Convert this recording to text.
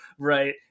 Right